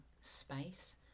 space